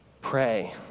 Pray